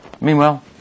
Meanwhile